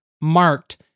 marked